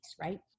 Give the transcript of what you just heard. right